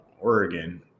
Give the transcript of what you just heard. Oregon